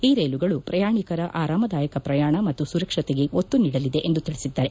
ಈ ರೈಲುಗಳು ಪ್ರಯಾಣಿಕರ ಆರಾಮದಾಯಕ ಪ್ರಯಾಣ ಮತ್ತು ಸುರಕ್ಷಕೆಗೆ ಒತ್ತು ನೀಡಲಿದೆ ಎಂದು ತಿಳಿಸಿದ್ದಾರೆ